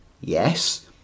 Yes